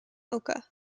oka